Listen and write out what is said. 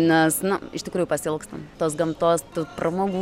nes nu iš tikrųjų pasiilgstam tos gamtos tų pramogų